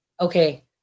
Okay